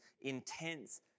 intense